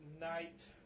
night